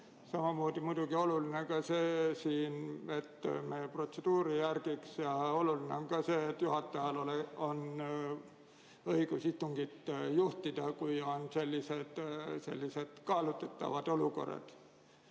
Samamoodi on muidugi oluline ka see, et me protseduuri järgiks, ja oluline on ka see, et juhatajal on õigus istungit juhtida, kui on sellised kaalutletavad olukorrad.